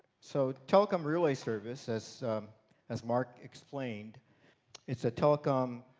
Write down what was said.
so telecom relay service as as mark explained is a telecom